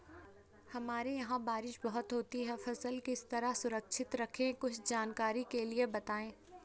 हमारे यहाँ बारिश बहुत होती है फसल किस तरह सुरक्षित रहे कुछ जानकारी के लिए बताएँ?